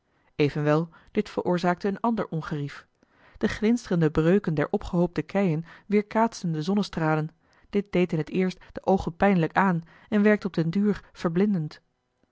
evenwel dit veroorzaakte een ander ongerief de glinsterende breuken der opgehoopte keien weerkaatsten de zonnestralen dit deed in t eerst de oogen pijnlijk aan en werkte op den duur verblindend